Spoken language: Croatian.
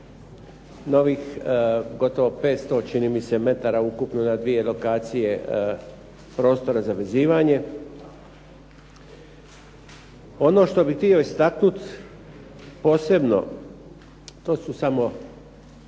novih gotovo 500 čini mi se metara ukupno na dvije lokacije prostora za vezivanje. Ono što bih htio istaknuti posebno to su samo